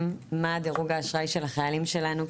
מה דירוג האשראי של החיילים שלנו,